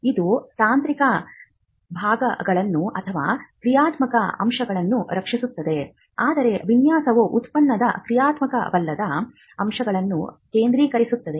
ಇದು ತಾಂತ್ರಿಕ ಭಾಗಗಳನ್ನು ಅಥವಾ ಕ್ರಿಯಾತ್ಮಕ ಅಂಶಗಳನ್ನು ರಕ್ಷಿಸುತ್ತದೆ ಆದರೆ ವಿನ್ಯಾಸವು ಉತ್ಪನ್ನದ ಕ್ರಿಯಾತ್ಮಕವಲ್ಲದ ಅಂಶಗಳನ್ನು ಕೇಂದ್ರೀಕರಿಸುತ್ತದೆ